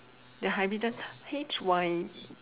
the hybridize H Y